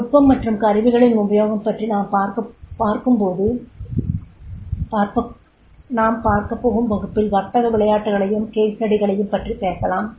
நுட்பம் மற்றும் கருவிகளின் உபயோகம் பற்றி நாம் பார்க்கப்போகும் வகுப்பில் வர்த்தக விளையாட்டுகளையும் கேஸ் ஸ்டடிகளையும் பற்றியும் பேசலாம்